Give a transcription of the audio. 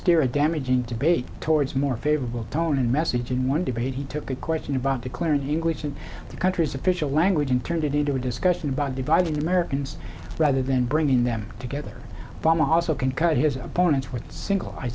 steer a damaging to bait towards more favorable tone and message in one day but he took a question about declaring new glitch in the country's official language and turned it into a discussion about dividing americans rather than bringing them together from also can cut his opponents with single i